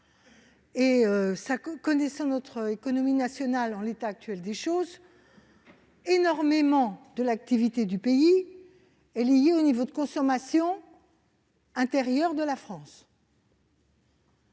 je connais de notre économie nationale, et en l'état actuel des choses, une grande part de l'activité du pays est liée au niveau de consommation intérieure. Donc,